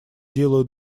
делаю